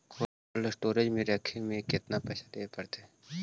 Cold store में रखे में केतना पैसा देवे पड़तै है?